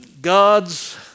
God's